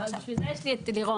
בשביל זה יש לי את לירון.